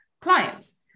clients